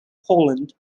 poland